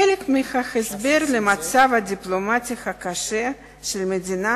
חלק מההסבר למצב הדיפלומטי הקשה של המדינה